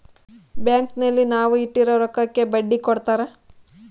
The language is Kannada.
ಬ್ಯಾಂಕ್ ಅಲ್ಲಿ ನಾವ್ ಇಟ್ಟಿರೋ ರೊಕ್ಕಗೆ ಬಡ್ಡಿ ಕೊಡ್ತಾರ